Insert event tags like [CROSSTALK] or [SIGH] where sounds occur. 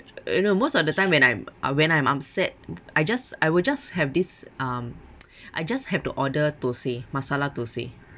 uh you know most of the time when I'm when I'm upset I just I would just have this um [NOISE] I just have to order thosai masala thosai